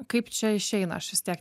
kaip čia išeina aš vis tiek